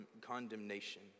condemnation